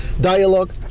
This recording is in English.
dialogue